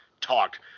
talked